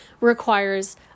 requires